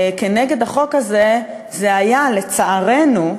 כנגד החוק הזה זה היה, לצערנו,